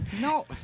No